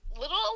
little